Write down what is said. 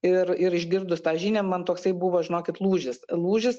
ir ir išgirdus tą žinią man toksai buvo žinokit lūžis lūžis